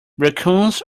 raccoons